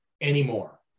anymore